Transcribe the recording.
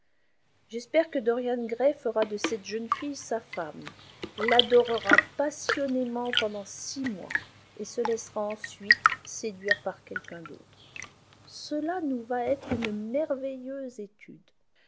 j'espère que dorian gray fera de cette jeune fille sa femme l'adorera passionnément pendant six mois et se laissera ensuite séduire par quelque autre cela nous va être une merveilleuse étude